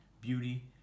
beauty